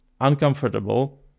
uncomfortable